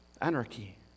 anarchy